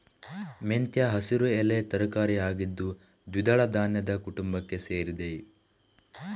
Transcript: ಮೆಂತ್ಯ ಹಸಿರು ಎಲೆ ತರಕಾರಿ ಆಗಿದ್ದು ದ್ವಿದಳ ಧಾನ್ಯದ ಕುಟುಂಬಕ್ಕೆ ಸೇರಿದೆ